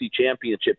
championship